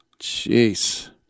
Jeez